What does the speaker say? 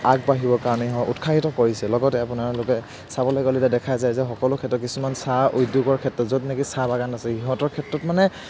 আগবাঢ়িব কাৰণে হওক উৎসাহিত কৰিছে লগতে আপোনালোকে চাবলৈ গ'লে এতিয়া দেখা যায় যে সকলো ক্ষেত্ৰত কিছুমান চাহ উদ্য়োগৰ ক্ষেত্ৰত য'ত নেকি চাহ বাগান আছে সিহঁতৰ ক্ষেত্ৰত মানে